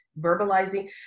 verbalizing